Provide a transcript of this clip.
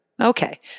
Okay